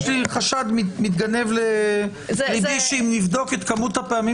חשד מתגנב לליבי שאם נבדוק את כמות הפעמים